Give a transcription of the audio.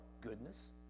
goodness